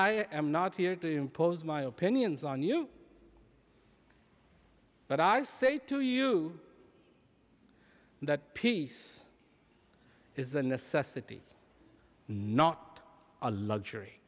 i'm not here to impose my opinions on you but i say to you that peace is a necessity not a luxury